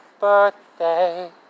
birthday